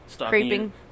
Creeping